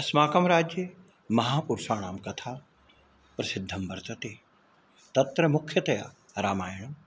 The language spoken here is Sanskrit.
अस्माकं राज्ये महापुरुषाणां कथा प्रसिद्धा वर्तते तत्र मुख्यतया रामायणम्